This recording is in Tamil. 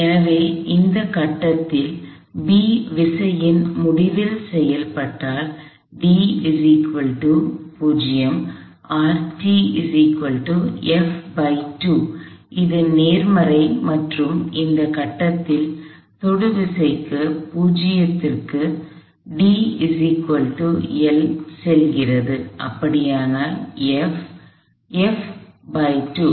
எனவே இந்த கட்டத்தில் B விசையின் முடிவில் செயல்பட்டால் அது நேர்மறை மற்றும் இந்த கட்டத்தில் தொடுவிசை 0 க்கு செல்கிறது அப்படியானால் F ஆக இருக்கும்